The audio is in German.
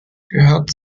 gehört